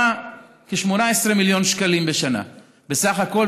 כ-18 מיליון שקלים בשנה בסך הכול,